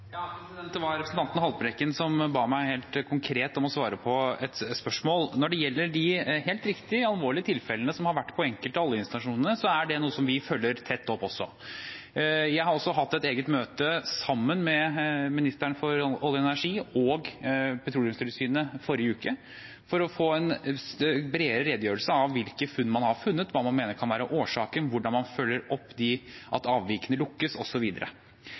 Det var representanten Haltbrekken som ba meg helt konkret om å svare på et spørsmål. Når det gjelder de – helt riktig – alvorlige tilfellene som har vært på enkelte av oljeinstallasjonene, er det noe som vi følger tett opp også. Jeg har også hatt et eget møte sammen med ministeren for olje og energi og Petroleumstilsynet, i forrige uke, for å få en bredere redegjørelse for hvilke funn man har gjort, hva man mener kan være årsaken, hvordan man følger opp at avvikene lukkes